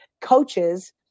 coaches